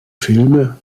filme